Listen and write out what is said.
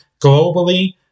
globally